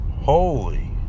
holy